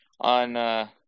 on